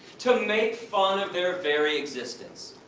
to make fun of their very existence.